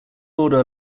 order